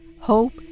hope